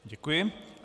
Děkuji.